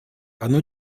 оно